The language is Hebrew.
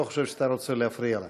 אני לא חושב שאתה רוצה להפריע לה.